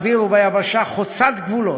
באוויר וביבשה חוצת-גבולות,